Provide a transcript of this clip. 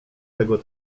tego